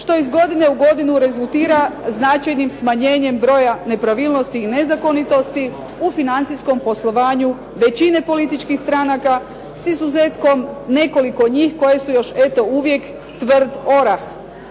što iz godine u godinu rezultira značajnim smanjenjem broja nepravilnosti i nezakonitosti u financijskom poslovanju većine političkih stranaka, s izuzetkom nekoliko njih koje su još eto uvijek tvrd orah.